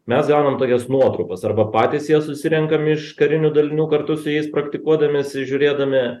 mes darom tokias nuotrupas arba patys jas susirenkam iš karinių dalinių kartu su jais praktikuodamiesi žiūrėdami